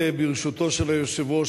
ברשותו של היושב-ראש,